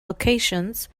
locations